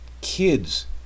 kids